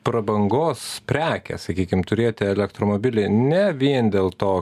prabangos prekė sakykim turėti elektromobilį ne vien dėl to